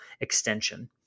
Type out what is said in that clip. extension